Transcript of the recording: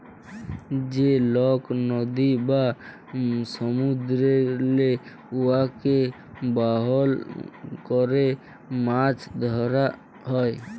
যে কল লদী বা সমুদ্দুরেল্লে উয়াকে বাহল ক্যরে মাছ ধ্যরা হ্যয়